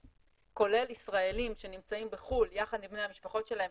כולל ישראלים שנמצאים בחו"ל יחד עם בני המשפחות שלהם